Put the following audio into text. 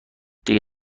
دیگه